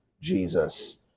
Jesus